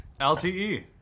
LTE